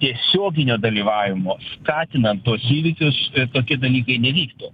tiesioginio dalyvavimo skatinant tuos įvykius tokie dalykai nevyktų